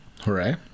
Hooray